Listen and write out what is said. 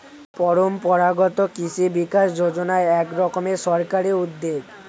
পরম্পরাগত কৃষি বিকাশ যোজনা এক রকমের সরকারি উদ্যোগ